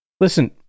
Listen